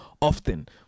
often